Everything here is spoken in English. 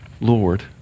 Lord